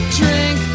drink